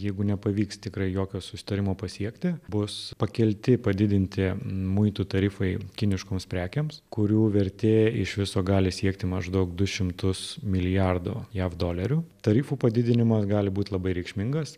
jeigu nepavyks tikrai jokio susitarimo pasiekti bus pakelti padidinti muitų tarifai kiniškoms prekėms kurių vertė iš viso gali siekti maždaug du šimtus milijardų jav dolerių tarifų padidinimas gali būti labai reikšmingas